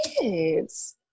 kids